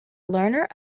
learner